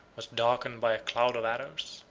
was darkened by a cloud of arrows.